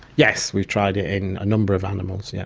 yes, we've tried it in a number of animals, yeah